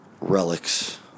relics